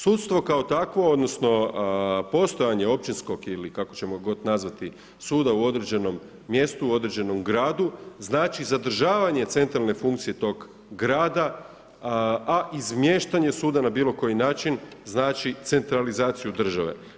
Sudstvo kao takvo, odnosno postojanje općinskog ili kako god ćemo nazvati suda u određenom mjestu, u određenom gradu, znači zadržavanje centralne funkcije tog grada, a izmještanje suda na bilo koji način znači centralizaciju države.